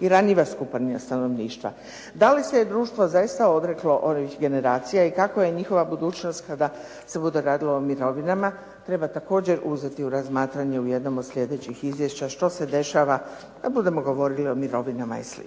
i ranjiva skupina stanovništva. Da li se društvo zaista odreklo ovih generacija i kakva je njihova budućnost kada se bude radilo o mirovinama treba također uzeti u razmatranje u jednom od sljedećih izvješća što se dešava kad budemo govorili o mirovinama i sl.